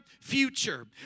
future